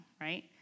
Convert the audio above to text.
right